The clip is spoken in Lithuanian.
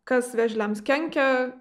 kas vėžliams kenkia